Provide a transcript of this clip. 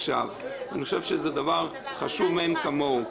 אני חושב שזה דבר חשוב מאין כמוהו.